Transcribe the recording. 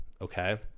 Okay